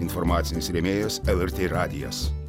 informacinis rėmėjas el er tė radijas